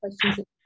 questions